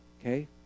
okay